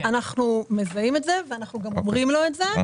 אנחנו מזהים את זה ואנחנו גם אומרים לו את זה.